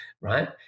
right